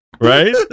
right